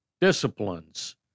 disciplines